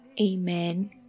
amen